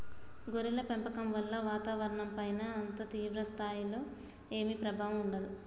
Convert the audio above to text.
గొర్రెల పెంపకం వల్ల వాతావరణంపైన అంత తీవ్ర స్థాయిలో ఏమీ ప్రభావం ఉండదు